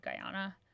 Guyana